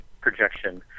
projection